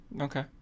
Okay